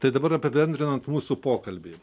tai dabar apibendrinant mūsų pokalbį